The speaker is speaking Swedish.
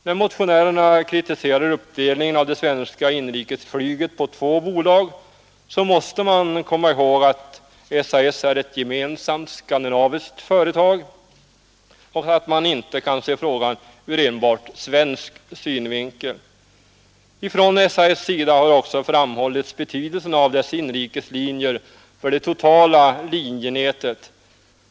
När motionärerna kritiserar uppdelningen av det svenska inrikesflyget på två bolag måste man komma ihåg att SAS är ett gemensamt skandinaviskt företag och att man inte kan se frågan ur enbart svensk synvinkel. SAS har också framhållit betydelsen av inrikeslinjerna för det lokala linjenätet.